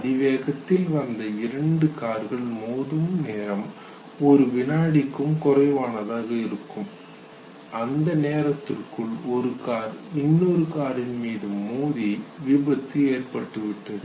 அதிவேகத்தில் வந்த இரண்டு கார்கள் மோதும் நேரம் ஒரு வினாடிக்கும் குறைவானதாக இருக்கும் அந்த நேரத்திற்குள் ஒரு கார் இன்னொரு காரின் மீது மோதி விபத்து ஏற்பட்டு விட்டது